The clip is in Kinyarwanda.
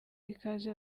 ikaze